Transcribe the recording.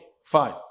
fine